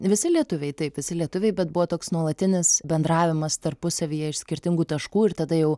visi lietuviai taip visi lietuviai bet buvo toks nuolatinis bendravimas tarpusavyje iš skirtingų taškų ir tada jau